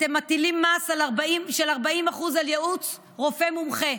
אתם מטילים מס של 40% על ייעוץ רופא מומחה.